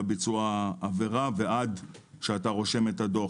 ביצוע העבירה ועד שאתה רושם את הדוח.